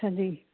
ਹਾਂਜੀ